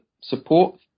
support